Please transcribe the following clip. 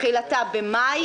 תחילתה בחודש מאי,